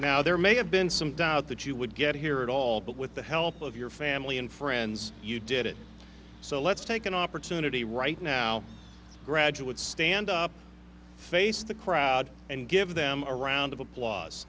now there may have been some doubt that you would get here at all but with the help of your family and friends you did it so let's take an opportunity right now graduate stand up face the crowd and give them a round of applause